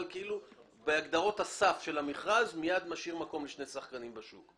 אבל בהגדרות הסף של המכרז זה מייד משאיר מקום לשני שחקנים בשוק.